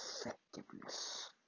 effectiveness